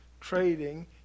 trading